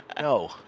No